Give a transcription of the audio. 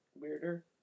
Weirder